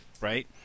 Right